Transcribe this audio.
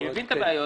אני מבין את הבעיות.